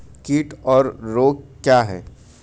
कीट और रोग क्या हैं?